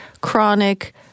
chronic